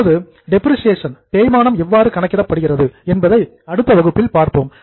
இப்போது டெப்ரிசியேசன் தேய்மானம் எவ்வாறு கணக்கிடப்படுகிறது என்பதை அடுத்த வகுப்பில் பார்ப்போம்